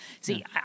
See